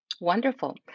Wonderful